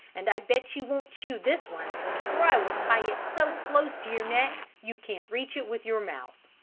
and i bet you won't chew this one for i will tie it so close to your neck you can't reach it with your mouth.